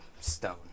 stone